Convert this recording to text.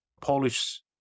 Polish